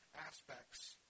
aspects